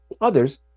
others